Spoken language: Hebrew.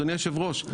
אדוני היושב ראש,